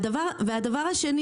הדבר השני